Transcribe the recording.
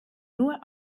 nur